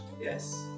Yes